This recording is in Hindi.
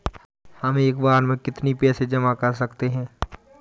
हम एक बार में कितनी पैसे जमा कर सकते हैं?